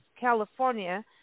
California